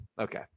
Okay